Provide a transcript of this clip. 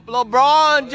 LeBron